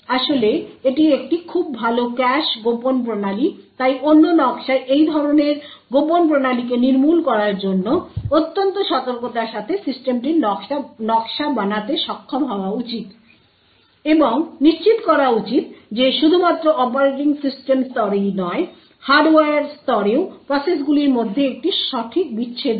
আসলে এটি একটি খুব ভাল ক্যাশ কোভার্ট প্রণালী তাই অন্য নকশায় এই ধরনের কোভার্ট প্রণালীগুলিকে নির্মূল করার জন্যঅত্যন্ত সতর্কতার সাথে সিস্টেমটির নকশা বানাতে সক্ষম হওয়া উচিত এবং নিশ্চিত করা উচিত যে শুধুমাত্র অপারেটিং সিস্টেম স্তরেই নয় হার্ডওয়্যার স্তরেও প্রসেসগুলির মধ্যে একটি সঠিক বিচ্ছেদ রয়েছে